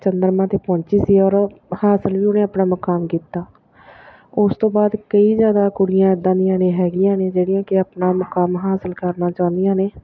ਚੰਦਰਮਾ 'ਤੇ ਪਹੁੰਚੀ ਸੀ ਔਰ ਹਾਂ ਸਲਿਊ ਨੇ ਆਪਣਾ ਮੁਕਾਮ ਕੀਤਾ ਉਸ ਤੋਂ ਬਾਅਦ ਕਈ ਜ਼ਿਆਦਾ ਕੁੜੀਆਂ ਇੱਦਾਂ ਦੀਆਂ ਨੇ ਹੈਗੀਆਂ ਨੇ ਜਿਹੜੀਆਂ ਕਿ ਆਪਣਾ ਮੁਕਾਮ ਹਾਸਿਲ ਕਰਨਾ ਚਾਹੁੰਦੀ ਨੇ